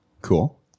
Cool